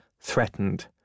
threatened